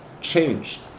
changed